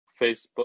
Facebook